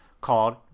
called